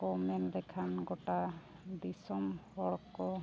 ᱠᱚ ᱢᱮᱱ ᱞᱮᱠᱷᱟᱱ ᱜᱚᱴᱟ ᱫᱤᱥᱚᱢ ᱦᱚᱲ ᱠᱚ